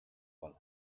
one